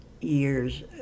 years